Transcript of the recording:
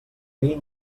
mil